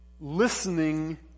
listening